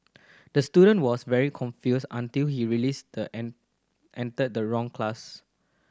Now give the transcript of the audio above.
the student was very confused until he released the entered the wrong class